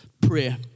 Prayer